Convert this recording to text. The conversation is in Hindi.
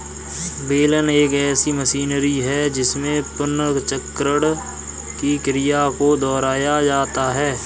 बेलन एक ऐसी मशीनरी है जिसमें पुनर्चक्रण की क्रिया को दोहराया जाता है